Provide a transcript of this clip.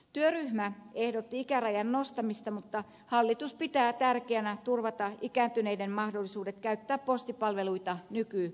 työryhmä ehdotti ikärajan nostamista mutta hallitus pitää tärkeänä turvata ikääntyneiden mahdollisuudet käyttää postipalveluita nykypalvelutasolla